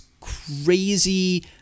crazy